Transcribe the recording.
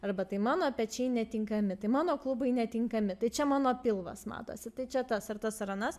arba tai mano pečiai netinkami tai mano klubai netinkami tai čia mano pilvas matosi tai čia tas ar tas ar anas